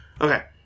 Okay